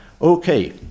Okay